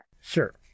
sure